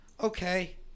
okay